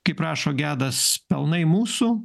kaip rašo gedas pelnai mūsų